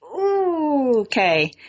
Okay